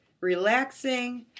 relaxing